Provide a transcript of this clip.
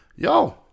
Yo